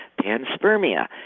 panspermia